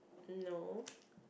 no